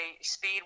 speed